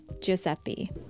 Giuseppe